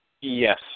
Yes